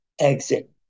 exit